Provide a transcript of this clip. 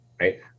right